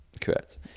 Correct